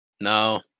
no